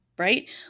right